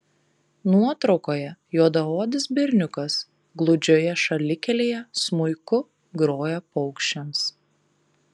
nuotraukoje juodaodis berniukas gludžioje šalikelėje smuiku groja paukščiams